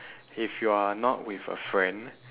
if you are not with a friend